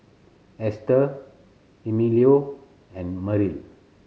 Hester Emilio and Merrill